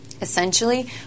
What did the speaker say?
Essentially